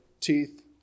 teeth